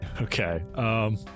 Okay